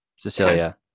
Cecilia